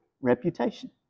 reputation